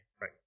Right